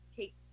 take